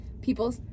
people